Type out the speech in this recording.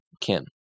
Kim